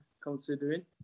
considering